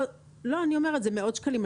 לא, אני אומרת: זה מאות שקלים.